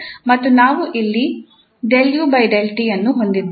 ಮತ್ತು ನಾವು ಇಲ್ಲಿ ಅನ್ನು ಹೊಂದಿದ್ದೇವೆ